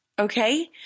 Okay